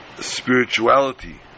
spirituality